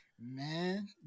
man